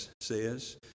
says